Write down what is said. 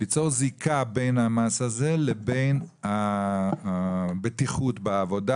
ליצור זיקה בין המס הזה לבין הבטיחות בעבודה